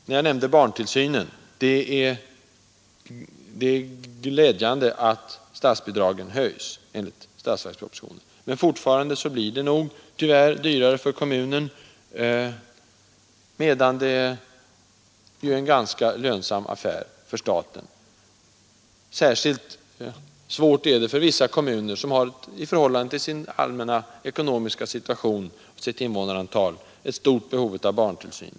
Beträffande barntillsynen är det glädjande att statsbidraget höjs enligt statsverkspropositionen. Men fortfarande blir det nog tyvärr dyrare för kommunen, medan daghemmen ju är en ganska lönsam affär för staten. Särskilt svårt är det för vissa kommuner, som har ett i förhållande till sin allmänna ekonomiska situation och sitt invånarantal stort behov av barntillsyn.